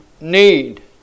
need